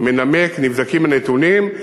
מנמק ונבדקים הנתונים,